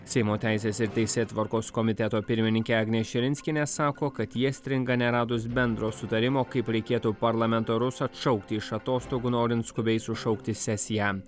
seimo teisės ir teisėtvarkos komiteto pirmininkė agnė širinskienė sako kad jie stringa neradus bendro sutarimo kaip reikėtų parlamentarus atšaukti iš atostogų norint skubiai sušaukti sesiją